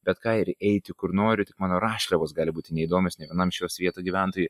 bet ką ir eiti kur noriu tik mano rašliavos gali būti neįdomios nė vienam šio svieto gyventojui